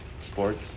sports